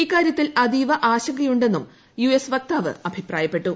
ഇക്കാര്യത്തിൽ അതീവ ആശങ്കയുണ്ടെന്നും യു എസ് വക്താവ് അഭിപ്രായപ്പെട്ടു